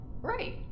Right